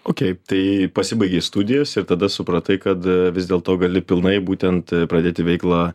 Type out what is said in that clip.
okei tai pasibaigei studijas ir tada supratai kad vis dėlto gali pilnai būtent pradėti veiklą